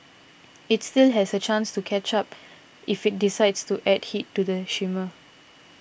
it still has a chance to catch up if it decides to add heat to the simmer